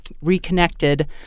reconnected